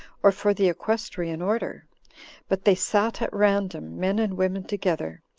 or for the equestrian order but they sat at random, men and women together,